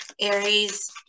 Aries